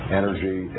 energy